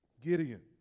Gideon